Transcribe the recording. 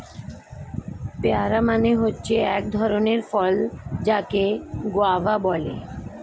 pair মানে হচ্ছে এক ধরণের ফল যাকে গোয়াভা বলে